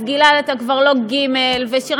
אז גלעד,